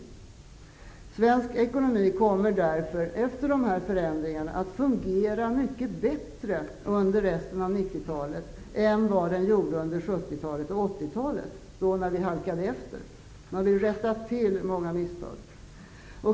Svensk ekonomi kommer därför efter de här förändringarna att fungera mycket bättre under resten av 1990-talet än den gjorde under 1970 och 1980-talen, när Sverige halkade efter -- nu har vi rättat till många misstag.